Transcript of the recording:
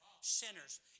Sinners